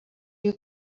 you